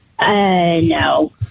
No